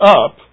up